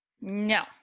No